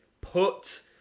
put